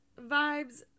vibes